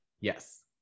yes